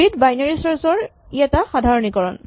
tree ত binary search ৰ ই এটা সাধাৰণীকৰণ